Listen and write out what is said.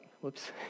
whoops